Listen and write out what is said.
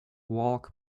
walk